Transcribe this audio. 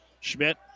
Schmidt